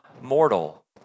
mortal